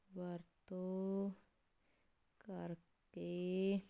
ਵਰਤੋਂ ਕਰਕੇ